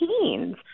teens